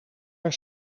haar